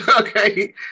Okay